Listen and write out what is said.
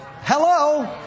Hello